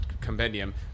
compendium